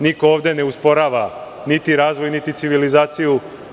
Niko ovde ne osporava niti razvoj, niti civilizaciju.